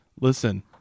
listen